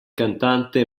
cantante